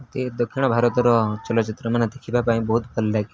ମୋତେ ଦକ୍ଷିଣ ଭାରତର ଚଳଚ୍ଚିତ୍ରମାନ ଦେଖିବା ପାଇଁ ବହୁତ ଭଲ ଲାଗେ